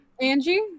Angie